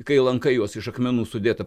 kai lankai juos iš akmenų sudėta